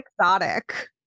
exotic